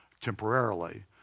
temporarily